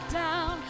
down